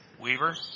Weaver